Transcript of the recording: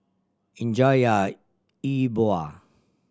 enjoy your E Bua